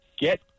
get